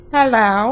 Hello